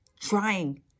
trying